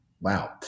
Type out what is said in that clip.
wow